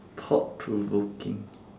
thought provoking